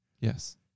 yes